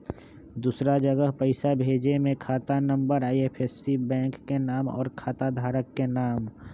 दूसरा जगह पईसा भेजे में खाता नं, आई.एफ.एस.सी, बैंक के नाम, और खाता धारक के नाम?